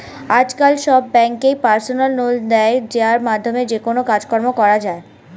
আজকাল সব ব্যাঙ্কই পার্সোনাল লোন দেয় যার মাধ্যমে যেকোনো কাজকর্ম করা যায়